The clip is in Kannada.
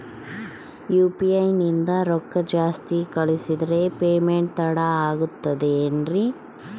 ಯು.ಪಿ.ಐ ನಿಂದ ರೊಕ್ಕ ಜಾಸ್ತಿ ಕಳಿಸಿದರೆ ಪೇಮೆಂಟ್ ತಡ ಆಗುತ್ತದೆ ಎನ್ರಿ?